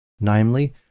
namely